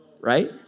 right